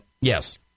yes